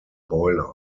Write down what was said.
boiler